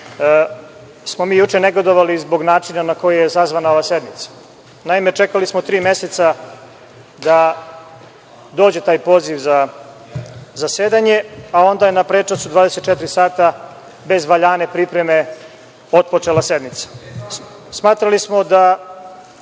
smo mi juče negodovali zbog načina na koji je sazvana ova sednica. Naime, čekali smo tri meseca da dođe taj poziv za zasedanje, a onda na prečac od 24 sata bez valjane pripreme otpočela je sednica. Smatrali smo da